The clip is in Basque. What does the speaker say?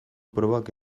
probak